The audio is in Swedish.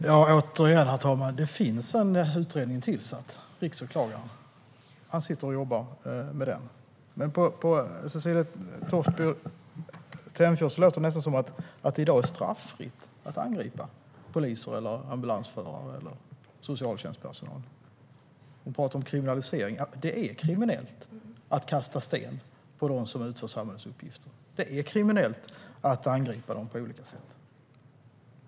Herr talman! Återigen: Det finns en utredning tillsatt. Riksåklagaren sitter och jobbar med den. Men det låter på Cecilie Tenfjord-Toftby nästan som om det i dag är straffritt att angripa poliser, ambulansförare eller socialtjänstpersonal. Hon talar om kriminalisering. Det är kriminellt att kasta sten på dem som utför samhällsuppgifter. Det är kriminellt att angripa dem på olika sätt.